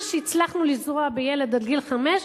מה שהצלחנו לזרוע בילד עד גיל חמש,